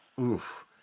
Oof